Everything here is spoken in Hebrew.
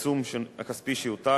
העיצום הכספי שיוטל,